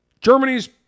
Germany's